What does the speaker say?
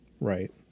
right